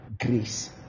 grace